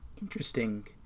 interesting